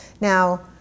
now